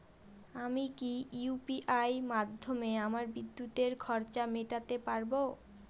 আমি কি ইউ.পি.আই মাধ্যমে আমার বিদ্যুতের খরচা মেটাতে পারব?